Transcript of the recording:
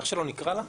איך שלא נקרא לה,